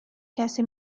کسی